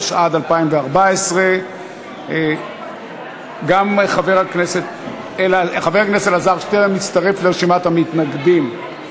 התשע"ד 2014. חבר הכנסת אלעזר שטרן מצטרף לרשימת המתנגדים.